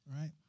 right